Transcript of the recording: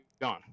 gone